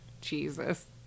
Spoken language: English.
Jesus